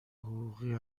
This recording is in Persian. حقوقی